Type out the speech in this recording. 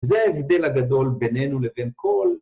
זה ההבדל הגדול בינינו לבין כל.